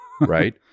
Right